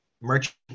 merchant